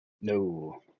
No